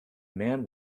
man